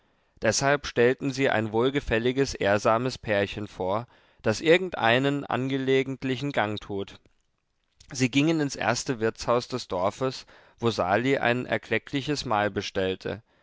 deshalb stellten sie ein wohlgefälliges ehrsames pärchen vor das irgendeinen angelegentlichen gang tut sie gingen ins erste wirtshaus des dorfes wo sali ein erkleckliches mahl bestellte